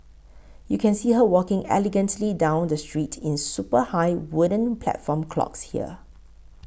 you can see her walking elegantly down the street in super high wooden platform clogs here